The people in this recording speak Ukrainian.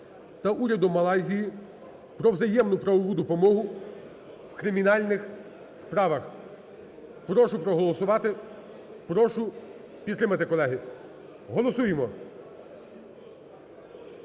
та Урядом Малайзії про взаємну правову допомогу в кримінальних справах. Прошу проголосувати, прошу підтримати, колеги. Голосуємо!